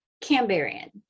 Cambrian